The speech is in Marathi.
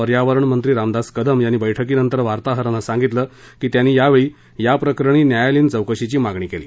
पर्यावरण मंत्री रामदास कदम यांनी बैठकीनंतर वार्ताहरांना सांगितलं की त्यांनी यावेळी या प्रकरणी न्यायालयीन चौकशीची मागणी केली